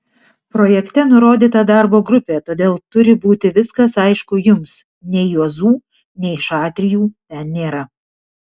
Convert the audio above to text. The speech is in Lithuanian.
projekte nurodyta darbo grupė todėl turi būti viskas aišku jums nei juozų nei šatrijų ten nėra